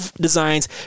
designs